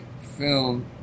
film